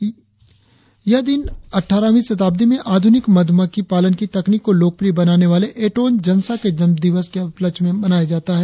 यह यह दिन अटठारहवीं शताब्दी में आध्रनिक मध्रमक्खी पालन की तकनीक को लोकप्रिय बनाने वाले एटोन जनसा के जन्म दिवस के उपलक्ष्य में मनाया जाता है